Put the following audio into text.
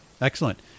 Excellent